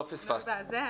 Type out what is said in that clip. לא פספסת.